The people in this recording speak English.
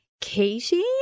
Katie